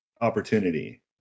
opportunity